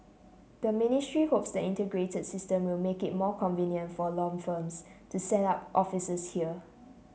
the ministry hopes the integrated system will make it more convenient for law firms to set up offices here